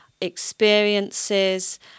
experiences